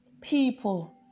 People